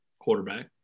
Quarterback